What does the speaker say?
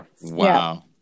Wow